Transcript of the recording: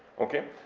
okay,